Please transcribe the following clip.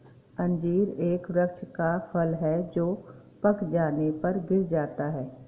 अंजीर एक वृक्ष का फल है जो पक जाने पर गिर जाता है